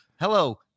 Hello